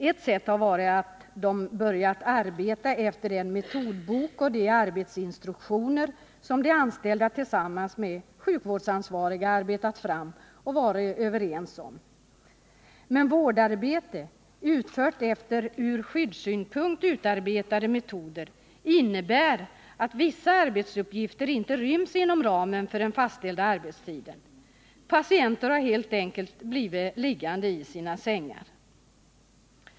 Ett sätt har varit att börja arbeta efter den metodbok och de arbetsinstruktioner som de anställda tillsammans med sjukvårdsansvariga arbetat fram och varit överens om. Men vårdarbete, utfört med metoder som arbetats fram med hänsyn till skyddssynpunkterna, innebär att vissa arbetsuppgifter inte ryms inom den fastställda arbetstiden. Patienter har helt enkelt blivit liggande i sina sängar.